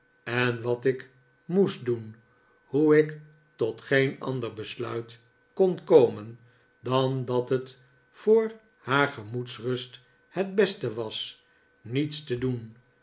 en wat ik moest doen hoe ik tot geen ander besluit kori komen dan dat het voor haar gemoedsrust het beste was niets te doen